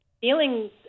feelings